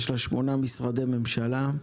יש לה שמונה משרדי ממשלה,